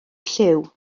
lliw